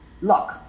Look